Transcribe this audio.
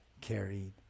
carried